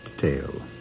tale